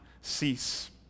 cease